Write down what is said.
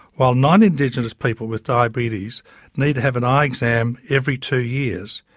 while non indigenous people with diabetes need to have an eye exam every two years,